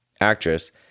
actress